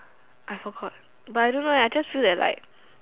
I forgot but I don't know I just feel that like